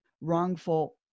wrongful